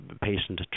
patient